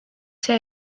see